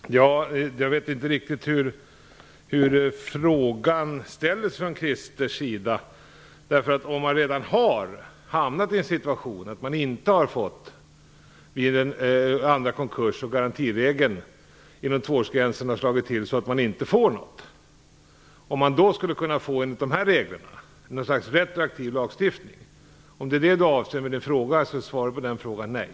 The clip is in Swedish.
Fru talman! Jag vet inte riktigt vad Krister Örnfjäder menar med frågan. Avser frågan en situation då man inte har fått ersättning därför att det är arbetsgivarens andra konkurs och karensregeln med tvåårsgränsen har slagit till? Frågar Krister Örnfjäder om man då skulle kunna få ersättning enligt de nya reglerna - ett slags retroaktiv lagstiftning - är svaret på frågan nej.